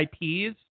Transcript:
IPs